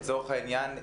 לצורך העניין,